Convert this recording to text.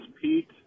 Pete